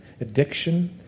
Addiction